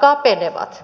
kapenevat